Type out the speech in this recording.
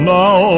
now